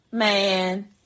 Man